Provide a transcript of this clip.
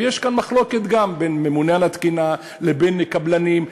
ויש כאן מחלוקת גם בין הממונה על התקינה לבין קבלנים,